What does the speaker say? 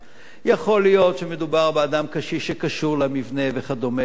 יכול להיות שמדובר באדם קשיש שקשור למבנה והתרגל,